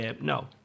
no